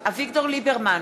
אביגדור ליברמן,